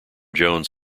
jones